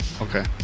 Okay